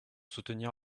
soutenir